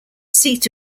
seat